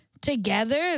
together